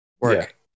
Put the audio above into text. work